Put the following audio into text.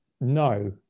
No